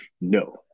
No